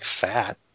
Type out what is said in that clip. fat